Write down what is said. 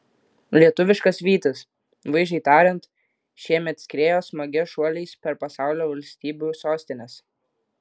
lietuviškas vytis vaizdžiai tariant šiemet skriejo smagia šuoliais per pasaulio valstybių sostines